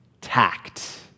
tact